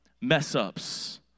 mess-ups